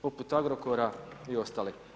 Poput Agrokora i ostalih.